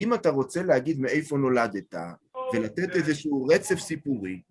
אם אתה רוצה להגיד מאיפה נולדת, ולתת איזשהו רצף סיפורי...